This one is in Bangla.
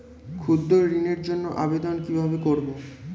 ক্ষুদ্র ঋণের জন্য আবেদন কিভাবে করব?